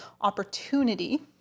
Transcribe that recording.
opportunity